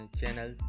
channel